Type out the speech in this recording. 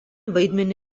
vaidmenį